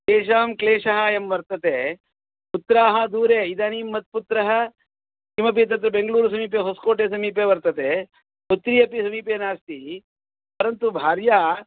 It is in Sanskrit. तेषां क्लेशः अयं वर्तते पुत्राः दूरे इदानीं मत्पुत्रः किमपि तद् बेङ्गलूर् समीपे होस्कोटे समीपे वर्तते पुत्री अपि समीपे नास्ति परन्तु भार्या